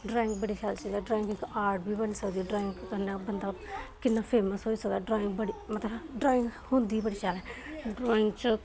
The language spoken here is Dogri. ड्राइंग बड़ी शैल चीज ऐ ड्राइंग इक आर्ट बी बनी सकदी ऐ ड्राइंग कन्नै बंदा किन्ना फेमस होई सकदा ऐ ड्रांइग बड़ी मतलब होंदी ही बड़ी शैल ऐ ड्राइंग च